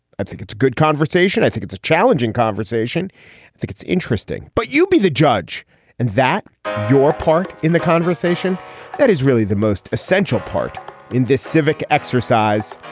i think it's a good conversation i think it's a challenging conversation it's interesting but you be the judge and that your part in the conversation that is really the most essential part in this civic exercise.